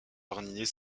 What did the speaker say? jardinier